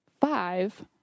five